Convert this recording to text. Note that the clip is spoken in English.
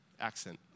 accent